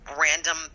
random